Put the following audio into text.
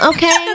Okay